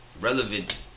relevant